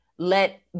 Let